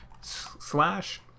slash